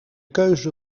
keuze